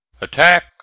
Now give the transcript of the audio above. attack